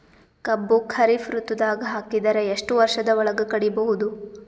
ಕಬ್ಬು ಖರೀಫ್ ಋತುದಾಗ ಹಾಕಿದರ ಎಷ್ಟ ವರ್ಷದ ಒಳಗ ಕಡಿಬಹುದು?